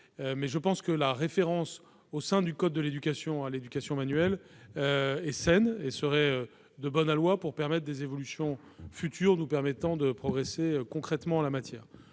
qu'il en soit, la référence au sein du code de l'éducation à l'éducation manuelle est saine et me paraît de bon aloi pour permettre des évolutions futures, afin de progresser concrètement en la matière.